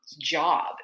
job